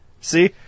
See